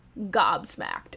gobsmacked